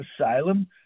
asylum